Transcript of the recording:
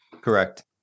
Correct